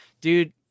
dude